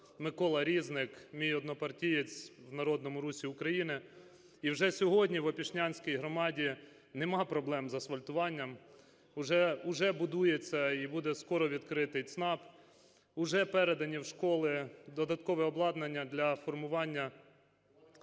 Микола Різник, мій однопартієць в Народному Русі України. І вже сьогодні в Опішнянській громаді немає проблем з асфальтуванням, уже будується і буде скоро відкритий ЦНАП, уже передано в школи додаткове обладнання для формування